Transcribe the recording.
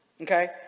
Okay